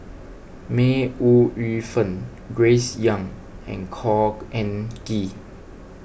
May Ooi Yu Fen Grace Young and Khor Ean Ghee